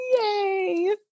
yay